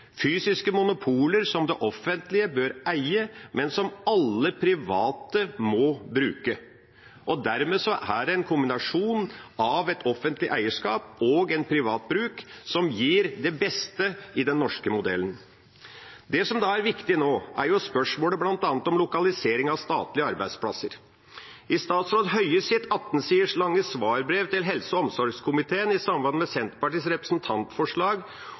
som det offentlige bør eie, men som alle private må bruke, og dermed er det en kombinasjon av et offentlig eierskap og en privat bruk som gir det beste i den norske modellen. Det som er viktig nå, er spørsmålet bl.a. om lokalisering av statlige arbeidsplasser. I statsråd Høies 18 siders lange svarbrev til helse- og omsorgskomiteen i samband med Senterpartiets representantforslag